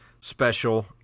special